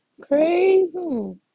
Crazy